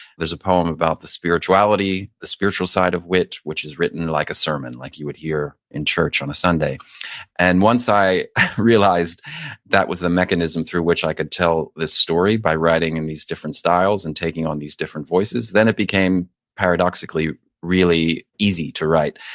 there's a poem about the spirituality, the spiritual side of wit, which is written like a sermon like you would hear in church on a sunday and once i realized that was the mechanism through which i could tell this story by writing in these different styles and taking on these different voices, then it became paradoxically really easy to write.